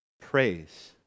praise